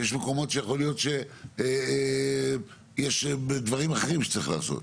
ויש מקומות שיכול להיות שיש דברים אחרים שצריך לעשות.